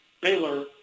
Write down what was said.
Baylor